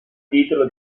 titolo